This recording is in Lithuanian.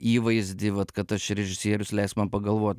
įvaizdį vat kad aš čia režisierius leisk man pagalvot